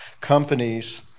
companies